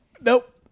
Nope